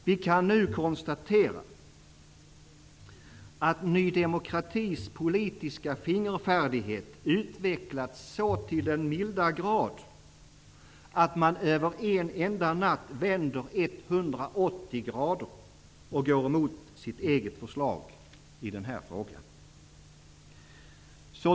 Vi kan nu konstatera att Ny demokratis politiska fingerfärdighet utvecklats så till den milda grad att man över en enda natt vänder 180 grader och går emot sitt eget förslag i den här frågan.